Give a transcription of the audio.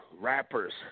rappers